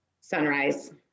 Sunrise